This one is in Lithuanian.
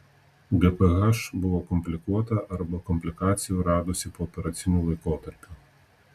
gph buvo komplikuota arba komplikacijų radosi pooperaciniu laikotarpiu